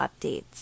updates